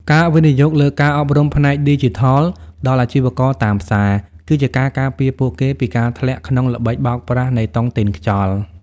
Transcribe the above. ការវិនិយោគលើ "ការអប់រំផ្នែកឌីជីថល" ដល់អាជីវករតាមផ្សារ គឺជាការការពារពួកគេពីការធ្លាក់ក្នុងល្បិចបោកប្រាស់នៃតុងទីនខ្យល់។